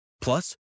Plus